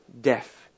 death